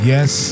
Yes